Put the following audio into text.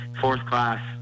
fourth-class